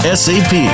sap